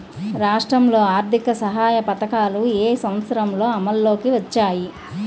రాష్ట్రంలో ఆర్థిక సహాయ పథకాలు ఏ సంవత్సరంలో అమల్లోకి వచ్చాయి?